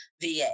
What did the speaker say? VA